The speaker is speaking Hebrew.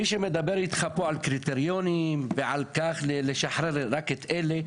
מי שמדבר איתך פה על קריטריונים ועל לשחרר רק את אלה,